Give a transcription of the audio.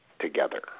together